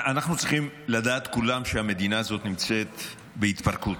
אנחנו צריכים לדעת כולם שהמדינה הזאת נמצאת בהתפרקות.